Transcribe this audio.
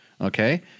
okay